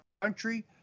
country